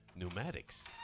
Pneumatics